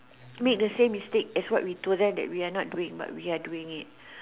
make the same mistake as what we told them that we are not doing but we are doing it